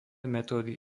metódy